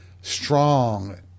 strong